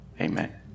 Amen